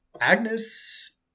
Agnes